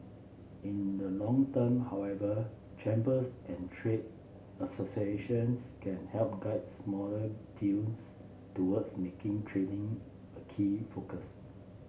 in the long term however chambers and trade associations can help guide smaller films towards making training a key focus